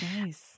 Nice